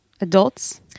adults